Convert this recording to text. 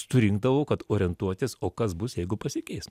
surinkdavo kad orientuotis o kas bus jeigu pasikeis